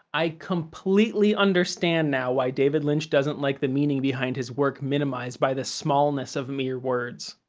i completely understand now why david lynch doesn't like the meaning behind his work minimized by the smallness of mere words,